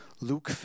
Luke